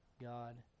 God